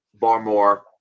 Barmore